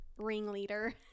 ringleader